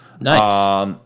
Nice